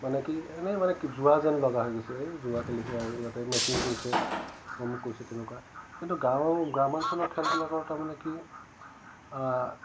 মানে কি এনেই মানে কি জোৱা যেন লগা হৈ গৈছে এই জোৱা খেলিছে আৰু ইয়াতে মেকিং কৰিছে অমুক কৰিছে তেনেকুৱা কিন্তু গাঁওৰ গ্ৰাম্যাঞ্চলৰ খেলবিলাকৰ তাৰমানে কি